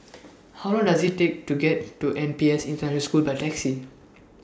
How Long Does IT Take to get to N P S International School By Taxi